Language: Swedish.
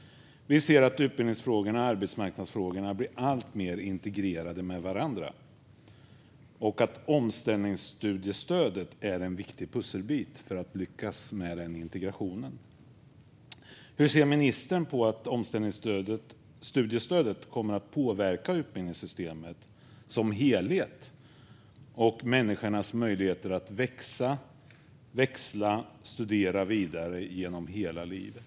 Vi ser att utbildningsfrågorna och arbetsmarknadsfrågorna blir alltmer integrerade med varandra och att omställningsstudiestödet är en viktig pusselbit för att lyckas med den integrationen. Hur ser ministern att omställningsstudiestödet kommer att påverka utbildningssystemet som helhet och människornas möjligheter att växa, växla och studera vidare genom hela livet?